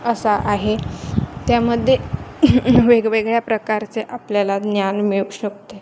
असा आहे त्यामध्ये वेगवेगळ्या प्रकारचे आपल्याला ज्ञान मिळू शकते